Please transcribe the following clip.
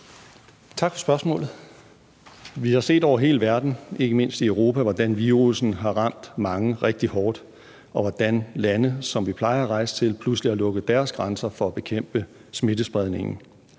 Tak for spørgsmålet. Vi har set over hele verden, ikke mindst i Europa, hvordan virussen har ramt mange rigtig hårdt, og hvordan lande, som vi plejer at rejse til, pludselig har lukket deres grænser for at bekæmpe smittespredningen.